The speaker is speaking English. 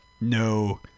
no